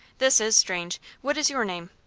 this is strange. what is your name?